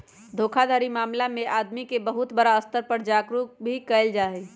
धोखाधड़ी मामला में आदमी के बहुत बड़ा स्तर पर जागरूक भी कइल जाहई